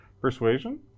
Persuasion